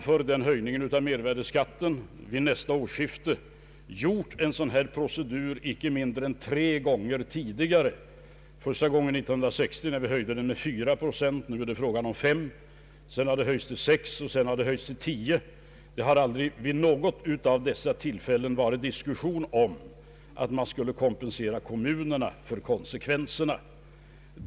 Före den höjning av mervärdeskatten som sker vid nästa årsskifte har vi gjort en sådan procedur inte mindre än tre gånger tidigare. Första gången var 1960, när vi höjde omsen med fyra procent. Sedan har den höjts till sex och därefter till tio procent. Nu är det fråga om ytterligare fem procent. Det har aldrig vid något tidigare tillfälle varit diskussion om att kompensera kommunerna för konsekvenserna.